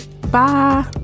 bye